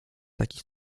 takich